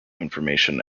information